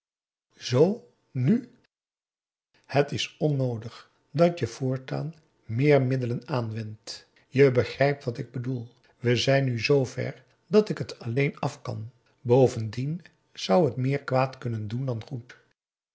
zoo nu het is onnoodig dat je voortaan meer middelen aanwendt je begrijpt wat ik bedoel we zijn nu zver dat ik het alleen af kan bovendien zou het meer kwaad kunnen doen dan goed